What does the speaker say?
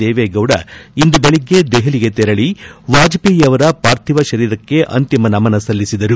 ದೇವೇಗೌಡ ಇಂದು ದೆಳಗ್ಗೆ ದೆಹಲಿಗೆ ತೆರಳ ವಾಜಪೇಯಿ ಅವರ ಪಾರ್ಥಿವ ಶರೀರಕ್ಕೆ ಅಂತಿಮ ನಮನ ಸಲ್ಲಿಸಿದರು